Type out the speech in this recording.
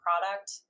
product